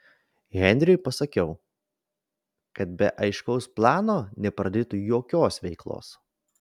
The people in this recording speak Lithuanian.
henriui pasakiau kad be aiškaus plano nepradėtų jokios veiklos